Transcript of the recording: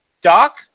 Doc